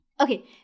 Okay